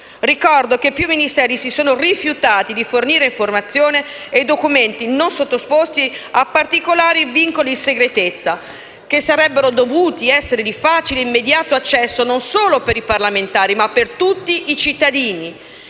Ricordo che più Ministeri si sono rifiutati di fornire informazioni e documenti non sottoposti a particolari vincoli di segretezza, che sarebbero dovuti essere di facile ed immediato accesso non solo per i parlamentari, ma per tutti i cittadini.